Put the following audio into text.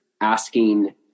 asking